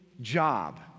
job